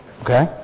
Okay